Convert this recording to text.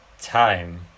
time